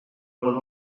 cosa